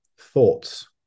thoughts